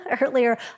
earlier